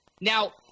Now